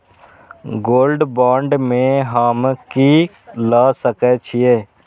Gold bond में हम की ल सकै छियै?